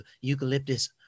eucalyptus